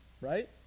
right